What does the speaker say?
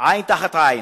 "עין תחת עין".